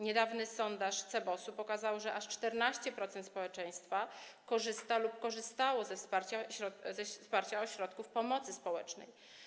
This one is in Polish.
Niedawny sondaż CBOS-u pokazał, że aż 14% społeczeństwa korzysta lub korzystało ze wsparcia ośrodków pomocy społecznej.